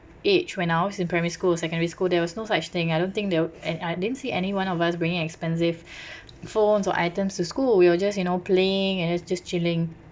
age when I was in primary school secondary school there was no such thing I don't think they d~ and I didn't see anyone of us bringing expensive phones or items to school we were just you know playing and then just chilling